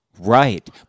Right